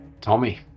Tommy